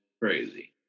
Crazy